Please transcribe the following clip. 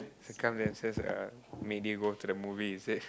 circumstances uh may they go to the movie is it